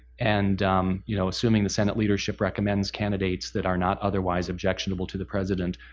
and you know assuming the senate leadership recommends candidates that are not otherwise objectionable to the president,